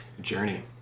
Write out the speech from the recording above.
Journey